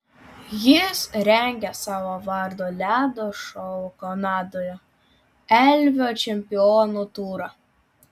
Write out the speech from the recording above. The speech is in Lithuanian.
jis rengia savo vardo ledo šou kanadoje elvio čempionų turą